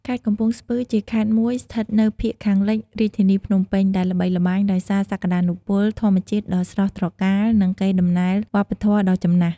ខេត្តកំពង់ស្ពឺ ជាខេត្តមួយស្ថិតនៅភាគខាងលិចរាជធានីភ្នំពេញ ដែលល្បីល្បាញដោយសារសក្ដានុពលធម្មជាតិដ៏ស្រស់ត្រកាល និងកេរដំណែលវប្បធម៌ដ៏ចំណាស់។